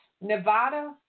Nevada